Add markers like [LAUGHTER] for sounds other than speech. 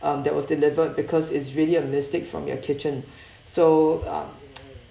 um that was delivered because it's really a mistake from your kitchen [BREATH] so uh [NOISE]